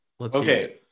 Okay